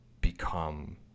become